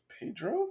Pedro